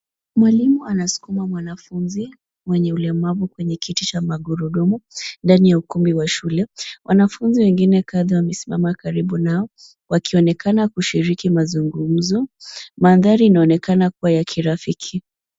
Mwalimu anaskuma mwanafunzi mwenye ulemavu kwenye kiti cha magurudumu ndani ya ukumbi wa shule. Wanafunzi wengine kadha wa shule wamesimama karibu nao wakionekana kushiriki mazungumzo. Mandhari inaonekana kuwa ya kirafiki.